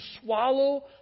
swallow